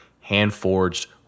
hand-forged